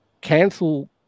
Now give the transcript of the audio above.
cancel